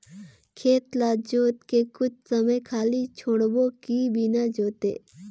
खेत ल जोत के कुछ समय खाली छोड़बो कि बिना जोते?